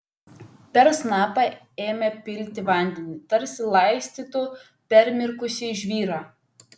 per snapą ėmė pilti vandenį tarsi laistytų permirkusį žvyrą